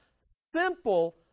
Simple